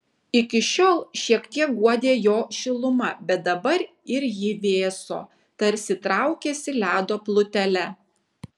iki šiol šiek tiek guodė jo šiluma bet dabar ir ji vėso tarsi traukėsi ledo plutele